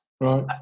Right